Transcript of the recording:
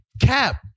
Cap